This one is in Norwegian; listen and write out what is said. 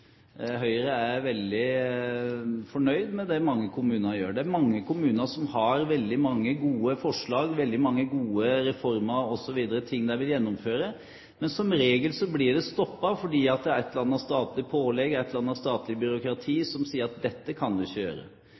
Høyre er veldig fornøyd med det mange kommuner gjør. Det er mange kommuner som har veldig mange gode forslag, veldig mange gode reformer osv., ting de vil gjennomføre, men som regel blir det stoppet fordi det er et eller annet statlig pålegg, et eller annet statlig byråkrati som sier at dette kan man ikke gjøre.